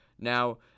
Now